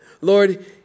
Lord